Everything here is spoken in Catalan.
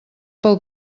pel